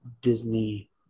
disney